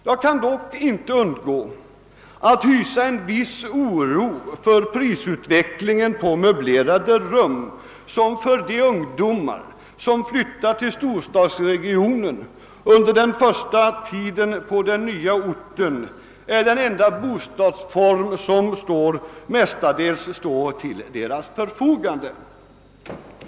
Jag kan dock inte undgå att hysa en viss oro beträffande prisutvecklingen för möblerade rum, som för de ungdomar som flyttar till storstadsregionerna under den första tiden på den nya orten mestadels är den enda bostadsform som står till förfogande.